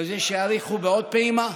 בזה שיאריכו בעוד פעימה.